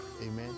Amen